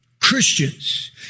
Christians